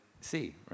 see